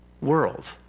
world